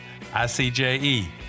ICJE